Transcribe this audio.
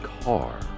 car